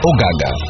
Ogaga